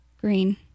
green